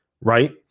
Right